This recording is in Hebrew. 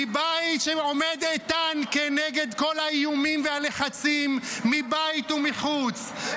מבית שעומד איתן כנגד כל האיומים והלחצים מבית ומחוץ,